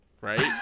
right